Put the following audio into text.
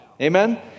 Amen